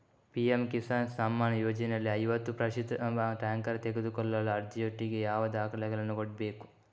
PM Kisan Samman ಯೋಜನೆಯಲ್ಲಿ ಐವತ್ತು ಪ್ರತಿಶತನಲ್ಲಿ ಟ್ರ್ಯಾಕ್ಟರ್ ತೆಕೊಳ್ಳಲು ಅರ್ಜಿಯೊಟ್ಟಿಗೆ ಯಾವ ದಾಖಲೆಗಳನ್ನು ಇಡ್ಬೇಕು?